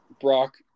Brock